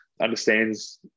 understands